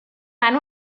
van